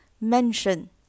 Mention